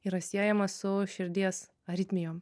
yra siejamas su širdies aritmijom